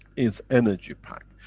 is energy pack.